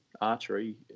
Archery